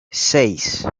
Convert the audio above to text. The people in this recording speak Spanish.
seis